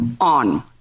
on